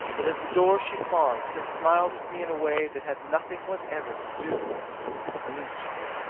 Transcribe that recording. but at the door she paused and smiled at me in a way that had nothing whatever to do with queenship.